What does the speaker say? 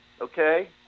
Okay